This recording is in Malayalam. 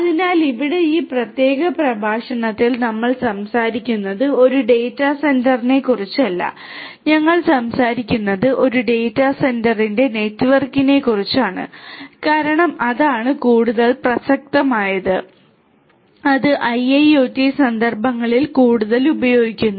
അതിനാൽ ഇവിടെ ഈ പ്രത്യേക പ്രഭാഷണത്തിൽ നമ്മൾ സംസാരിക്കുന്നത് ഒരു ഡാറ്റാ സെന്ററിനെക്കുറിച്ചല്ല ഞങ്ങൾ സംസാരിക്കുന്നത് ഒരു ഡാറ്റാ സെന്ററിന്റെ നെറ്റ്വർക്കിനെക്കുറിച്ചാണ് കാരണം അതാണ് കൂടുതൽ പ്രസക്തമായത് അത് IIoT സന്ദർഭങ്ങളിൽ കൂടുതൽ ഉപയോഗിക്കുന്നു